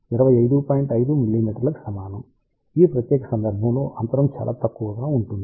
5 mmకి సమానం ఈ ప్రత్యేక సందర్భంలో అంతరం చాలా తక్కువగా ఉంటుంది